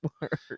work